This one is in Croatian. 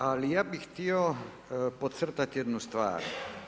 Ali, ja bih htio podcrtati jednu stvar.